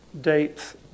dates